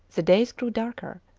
the days grew darker.